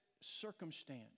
circumstance